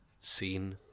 seen